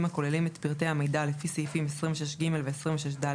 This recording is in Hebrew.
הכוללים את פרטי המידע לפי סעיפים 26ג ו־26ד,